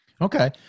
Okay